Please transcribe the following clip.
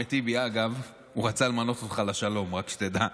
אחמד טיבי, אגב, רצה למנות אותך לשלום, רק שתדע.